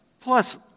Plus